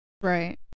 right